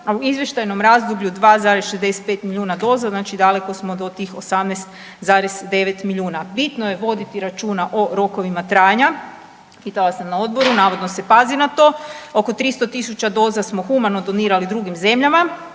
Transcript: u izvještajnom razdoblju 2,65 milijuna doza znači daleko smo do 18,9 milijuna. Bitno je voditi računa o rokovima trajanja, pitala sam na odboru navodno se pazi ta to, oko 300.000 doza smo humano donirali drugim zemljama.